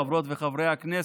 חברות וחברי הכנסת,